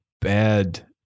bad